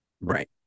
Right